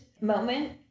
moment